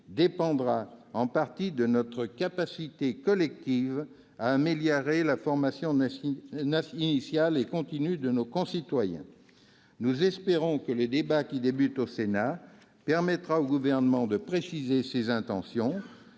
dépendra en partie de notre capacité collective à améliorer la formation initiale et continue de nos concitoyens. Nous espérons que le débat qui commence au Sénat permettra au Gouvernement de préciser ses intentions-